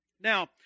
Now